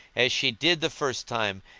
as she did the first time,